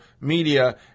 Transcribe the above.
media